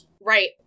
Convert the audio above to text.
Right